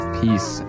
peace